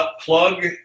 plug